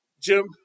Jim